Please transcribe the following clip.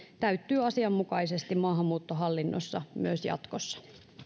täyttyy asianmukaisesti maahanmuuttohallinnossa myös jatkossa